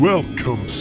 Welcome